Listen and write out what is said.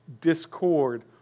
discord